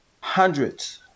hundreds